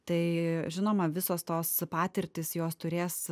tai žinoma visos tos patirtys jos turės